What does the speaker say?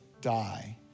die